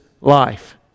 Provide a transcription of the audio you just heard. life